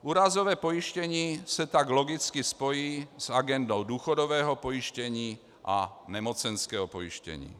Úrazové pojištění se tak logicky spojí s agendou důchodového pojištění a nemocenského pojištění.